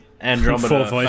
Andromeda